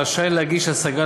רשאי להגיש השגה